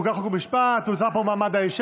שהמשותפת הרשו לכם זה מה, בעד,